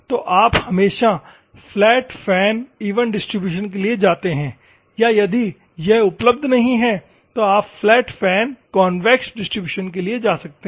तो आप हमेशा फ्लैट फैन इवन डिस्ट्रीब्यूशन के लिए जाते हैं या यदि यह उपलब्ध नहीं है तो आप फ्लैट फैन कॉन्वेक्स डिस्ट्रीब्यूशन के लिए जा सकते हैं